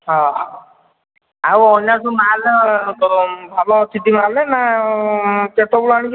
ହଁ ଆଉ ଅନ୍ୟ ଯେଉଁ ମାଲ ତ ଭଲ ଅଛି ଟି ମାଲ୍ ନା ସେ ସବୁ ଆଣିକି